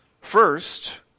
First